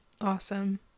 Awesome